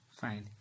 fine